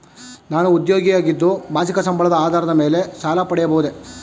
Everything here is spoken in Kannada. ನಾನು ಉದ್ಯೋಗಿ ಆಗಿದ್ದು ಮಾಸಿಕ ಸಂಬಳದ ಆಧಾರದ ಮೇಲೆ ಸಾಲ ಪಡೆಯಬಹುದೇ?